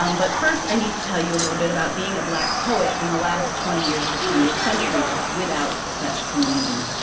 um but first i need to tell you a little bit about being a black poet in the last twenty years of the twentieth century without such community.